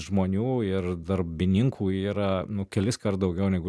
žmonių ir darbininkų yra nu keliskart daugiau negu